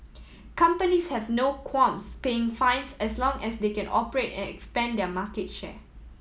companies have no qualms paying fines as long as they can operate and expand their market share